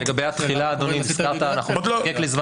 לגבי התחילה אדוני, הזכרת, אנחנו נזדקק לזמן.